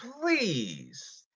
please